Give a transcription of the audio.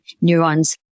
neurons